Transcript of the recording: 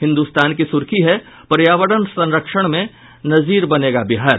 हिन्दुस्तान की सुर्खी है पर्यावरण संरक्षण में नजीर बनेगा बिहार